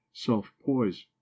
self-poise